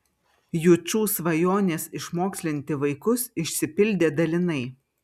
jučų svajonės išmokslinti vaikus išsipildė dalinai